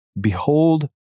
Behold